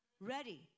ready